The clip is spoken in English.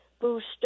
boost